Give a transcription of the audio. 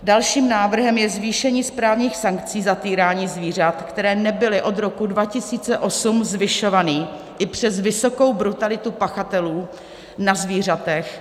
Dalším návrhem je zvýšení správních sankcí za týrání zvířat, které nebyly od roku 2008 zvyšovány i přes vysokou brutalitu pachatelů na zvířatech.